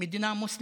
מדינה מוסלמית,